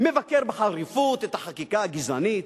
מבקר בחריפות את החקיקה הגזענית,